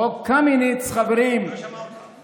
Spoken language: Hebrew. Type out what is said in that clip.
חוק קמיניץ, חברים, שמע אותך,